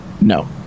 No